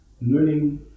learning